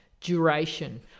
duration